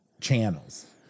channels